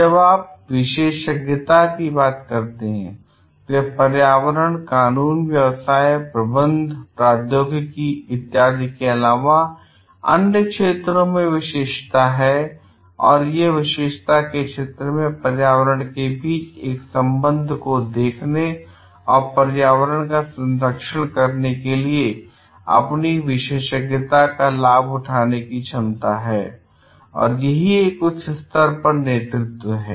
जब आप विशेषज्ञता की बात करते हैं तो यह पर्यावरण कानून व्यवसाय प्रबंधन प्रौद्योगिकी इत्यादि के अलावा अन्य क्षेत्रों में विशेषज्ञता है और अपने विशेषज्ञता के क्षेत्र और पर्यावरण के बीच एक संबंध देखने और पर्यावरण का संरक्षण करने के लिए अपनी विशेषज्ञता का लाभ उठाने की क्षमता है और यही एक उच्च स्तर पर नेतृत्व है